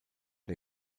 der